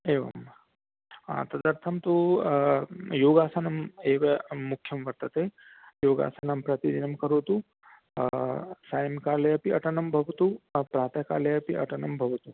एवं तदर्थं तु योगासनम् एव मुख्यं वर्तते योगासनं प्रतिदिनं करोतु सायंकालेऽपि अटनं भवतु प्रातःकाले अपि अटनं भवतु